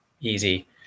easy